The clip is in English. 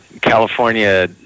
California